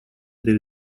there